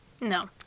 No